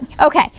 Okay